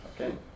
Okay